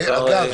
אגב,